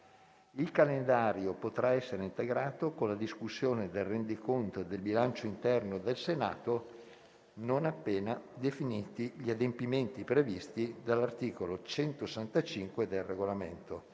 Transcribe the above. Il calendario potrà essere integrato con la discussione del rendiconto e del bilancio interno del Senato, non appena definiti gli adempimenti previsti dall'articolo 165 del Regolamento.